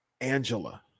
angela